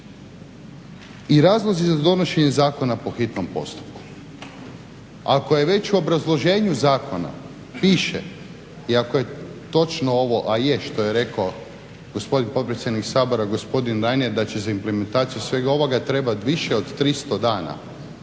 I razlozi za donošenje zakona po hitnom postupku. Ako je već u obrazloženju zakona piše i ako je točno ovo a je što je rekao gospodin potpredsjednik Sabora, gospodin Reiner da će za implementaciju svega ovoga trebati više od 300 dana,